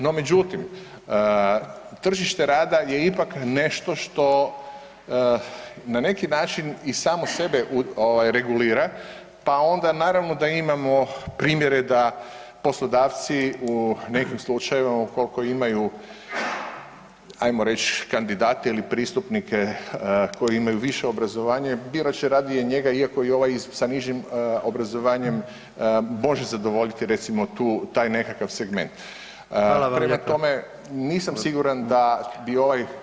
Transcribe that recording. No međutim, tržište rada je ipak nešto što na neki način i samo sebe regulira pa onda naravno da imamo primjere da poslodavci u nekim slučajevima ukoliko imaju, ajmo reći kandidate ili pristupnike koji imaju više obrazovanja, birat će radije njega iako ovaj sa nižim obrazovanjem može zadovoljiti recimo tu, taj nekakav segment [[Upadica: Hvala vam.]] Prema tome, nisam siguran da bi ovaj [[Upadica: Ministre.]] Okej.